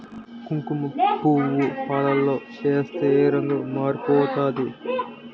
కుంకుమపువ్వు పాలలో ఏస్తే రంగు మారిపోతాది